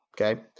okay